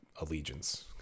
allegiance